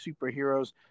superheroes